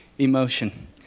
Emotion